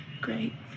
Great